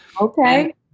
Okay